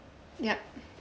yup